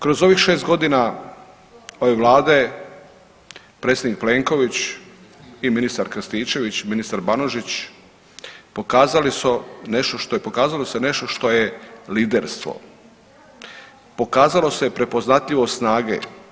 Kroz ovih 6 godina ove Vlade predsjednik Plenković i ministar Krstičević ministar Banožić pokazali su nešto, pokazalo se nešto što je liderstvo, pokazalo se prepoznatljivost snage.